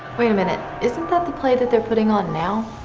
wait a minute, isn't that the play that they're putting on now?